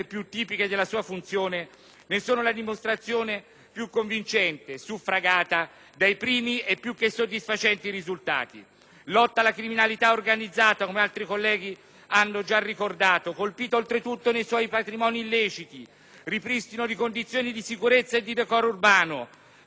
ne sono la dimostrazione più convincente, suffragata dai primi e più che soddisfacenti risultati: lotta alla criminalità organizzata (come altri colleghi hanno già ricordato), colpita oltretutto nei suoi patrimoni illeciti; ripristino di condizioni di sicurezza e di decoro urbano; maggiore tutela per i più deboli;